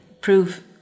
prove